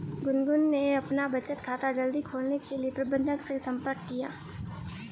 गुनगुन ने अपना बचत खाता जल्दी खोलने के लिए प्रबंधक से संपर्क किया